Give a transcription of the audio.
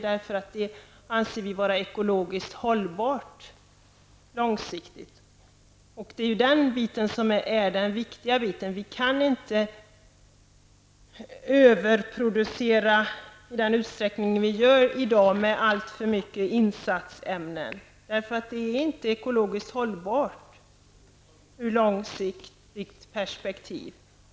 Det anser vi vara långsiktigt ekologiskt hållbart. Det är det som är det viktiga. Vi kan inte överproducera i den utsträckning som vi gör i dag med alltför mycket tillsatsämnen. Det är inte ekologiskt hållbart ur ett långsiktigt perspektiv.